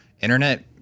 Internet